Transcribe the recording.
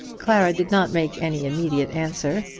clara did not make any immediate answer,